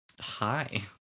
Hi